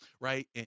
right